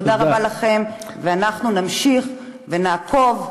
תודה רבה לכם, ואנחנו נמשיך ונעקוב,